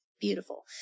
beautiful